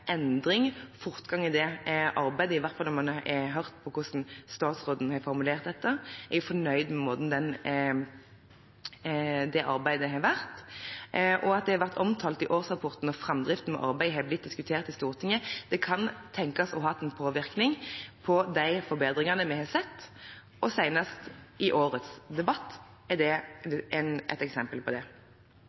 endring og fortgang i det arbeidet, i hvert fall når man har hørt hvordan statsråden har formulert dette. Jeg er fornøyd med måten det arbeidet har vært gjort på. At det har vært omtalt i årsrapporten, og at framdriften med arbeidet har blitt diskutert i Stortinget, kan tenkes å ha hatt en påvirkning på de forbedringene vi har sett – årets debatt er det seneste eksemplet på det.